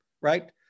right